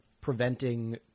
preventing